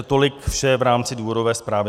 Tolik vše v rámci důvodové zprávy.